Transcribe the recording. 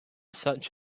such